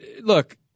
Look